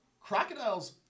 crocodiles